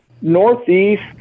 Northeast